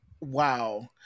Wow